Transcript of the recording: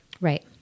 Right